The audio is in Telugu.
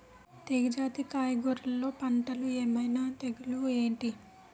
తీగ జాతి కూరగయల్లో పంటలు ఏమైన తెగులు ఏంటి?